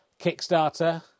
Kickstarter